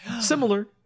similar